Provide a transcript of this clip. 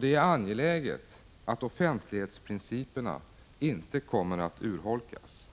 Det är angeläget att offentlighetsprinciperna inte urholkas.